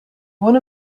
one